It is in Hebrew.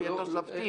הוא יהיה בתוספתית.